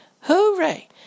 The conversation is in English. Hooray